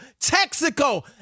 Texaco